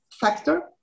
factor